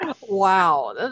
wow